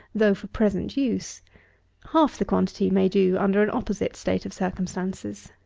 though for present use half the quantity may do under an opposite state of circumstances.